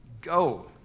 go